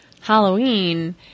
Halloween